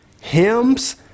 hymns